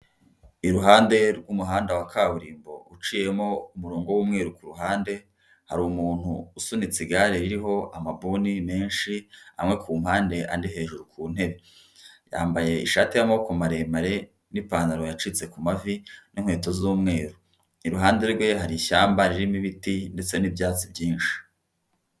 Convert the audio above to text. Iruhande rw'umuhanda wa kaburimbo uciyemo umurongo w'umweru kuhande hari umuntu usunitse igare ririho amabuni menshi amwe kumpande andi hejuru ku ntebe yambaye ishati y'amaboko maremare n'ipantaro yacitse ku mavi n'inkweto z'umweru iruhande rwe hari ishyamba ririmo ibiti ndetse n'ibyatsi byinshi.